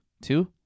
Two